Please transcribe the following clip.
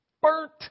burnt